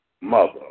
mother